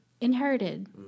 inherited